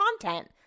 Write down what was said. content